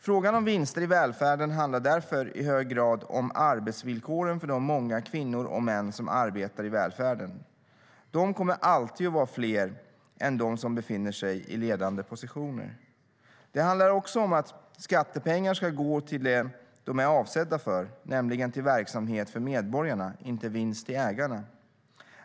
Frågan om vinster i välfärden handlar därför i hög grad om arbetsvillkoren för de många kvinnor och män som arbetar i välfärden - de kommer alltid att vara fler än de som befinner sig i ledande positioner. Det handlar också om att skattepengar ska gå till det de är avsedda för, nämligen till verksamhet för medborgarna, inte vinst till ägarna.